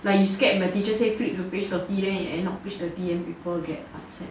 like you scared the teacher say flip to page thirty then you not at page thirty then people get upset